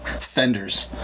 Fenders